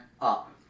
up